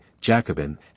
Jacobin